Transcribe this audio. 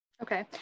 Okay